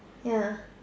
ya